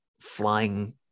flying